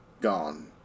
gone